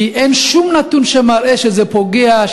כי אין שום נתון שמראה שזה פוגע,